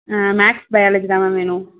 maths biology தான் ma'am வேணும்